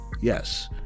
yes